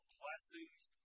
blessings